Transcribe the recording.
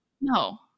no